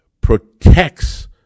protects